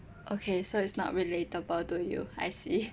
okay so it's not relatable to you I see